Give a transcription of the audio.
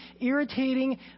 irritating